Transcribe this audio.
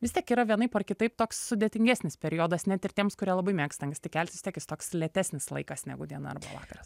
vis tiek yra vienaip ar kitaip toks sudėtingesnis periodas net ir tiems kurie labai mėgsta anksti keltis vis tiek jis toks lėtesnis laikas negu diena arba vakaras